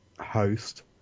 host